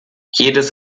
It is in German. jedes